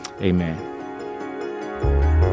Amen